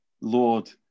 Lord